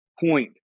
point